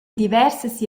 diversas